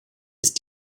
ist